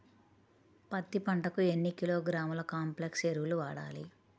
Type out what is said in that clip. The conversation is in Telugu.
పత్తి పంటకు ఎన్ని కిలోగ్రాముల కాంప్లెక్స్ ఎరువులు వాడాలి?